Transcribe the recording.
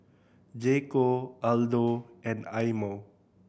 J Co Aldo and Eye Mo